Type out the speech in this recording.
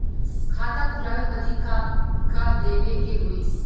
खाता खोलावे बदी का का देवे के होइ?